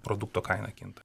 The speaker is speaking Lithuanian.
produkto kaina kinta